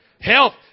Health